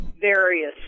various